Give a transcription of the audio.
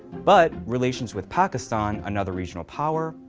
but relations with pakistan, another regional power,